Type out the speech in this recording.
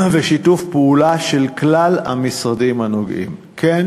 בשיתוף פעולה של כלל המשרדים הנוגעים בדבר.